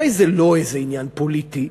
הרי זה לא איזה עניין פוליטי,